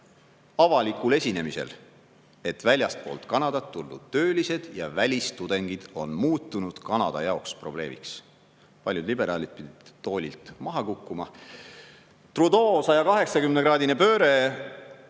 avalikul esinemisel, et väljastpoolt Kanadat tulnud töölised ja välistudengid on muutunud Kanada jaoks probleemiks. Paljud liberaalid pidid toolilt maha kukkuma. Trudeau 180-kraadine pööre